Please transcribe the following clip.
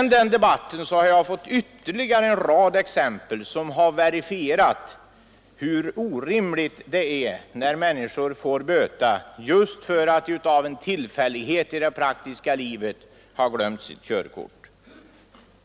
Efter den debatten har jag fått ytterligare en rad exempel som verifierar hur orimligt det är att människor får böta därför att de av en tillfällighet har glömt sitt körkort.